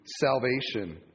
salvation